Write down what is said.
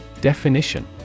Definition